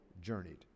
journeyed